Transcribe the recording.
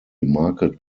market